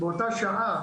באותה שעה,